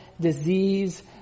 disease